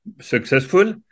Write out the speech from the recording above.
successful